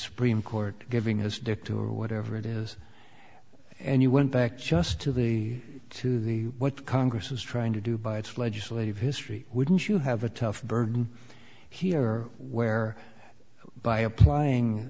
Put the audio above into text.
supreme court giving his due to whatever it is and you went back just to the to the what congress is trying to do by its legislative history wouldn't you have a tough burden here where by applying